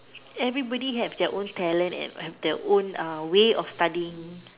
everybody have their own talent and have their own uh way of studying